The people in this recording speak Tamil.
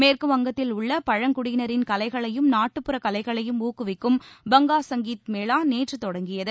மேற்குவங்கத்தில் உள்ள பழங்குடியினரின் கலைகளையும் நாட்டுப்புறக் கலைகளையும் ஊக்குவிக்கும் பங்கா சங்கீத் மேளா நேற்று தொடங்கியது